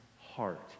heart